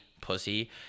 Pussy